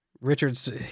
Richards